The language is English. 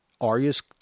Arya's